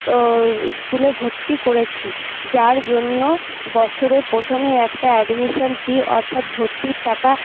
স্কুলে ভর্তি করেছি যার জন্য বছরের প্রথমে একটা অ্যাডমিশন ফি অর্থাৎ ভর্তির টাকা